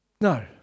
No